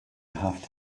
have